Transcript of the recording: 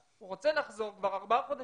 הוא רוצה לחזור כבר ארבעה חודשים,